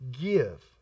give